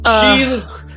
Jesus